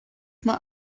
mae